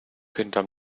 hinterm